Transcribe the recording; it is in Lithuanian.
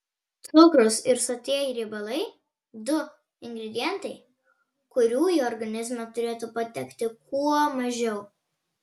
cukrus ir sotieji riebalai du ingredientai kurių į organizmą turėtų patekti kuo mažiau